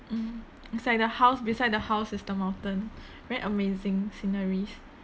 mm it's like the house beside the house is the mountain very amazing sceneries